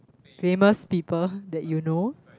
famous people that you know